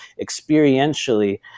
experientially